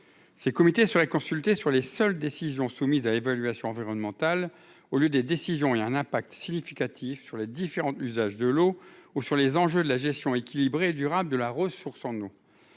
ces comités sur la consulter sur les seules décisions à évaluation environnementale au lieu des décisions il un impact significatif sur les différents usages de l'eau ou sur les enjeux de la gestion équilibrée et durable de la ressource en eau,